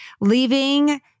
leaving